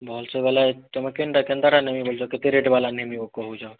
ଭଲ୍ ସେ ବେଲେ ତମେ କେନ୍ଟା କେନ୍ତାଟା ନେବି ବୋଲି ବୋଲୁଛ କେତେ ରେଟ୍ ବାଲାଟା ନେବି କହୁଛ